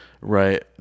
right